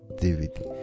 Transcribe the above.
David